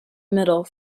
middle